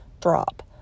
drop